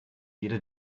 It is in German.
jede